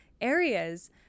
areas